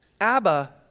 Abba